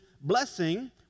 blessing